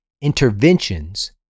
interventions